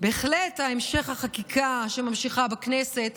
בהחלט החקיקה שממשיכה בכנסת